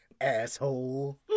Asshole